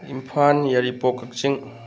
ꯏꯝꯐꯥꯜ ꯌꯥꯏꯔꯤꯄꯣꯛ ꯀꯛꯆꯤꯡ